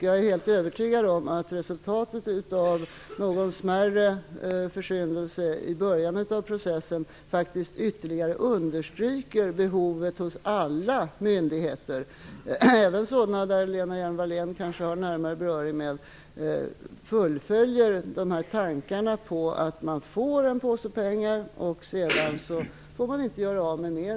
Jag är helt övertygad om att resultatet av någon smärre försyndelse i början av processen faktiskt ytterligare understryker behovet av att alla myndigheter, även sådana som Lena Hjelm-Wallén kanske har närmare beröring med, fullföljer tankarna på att man får en påse pengar och sedan får man inte göra av med mer.